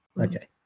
okay